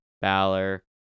Balor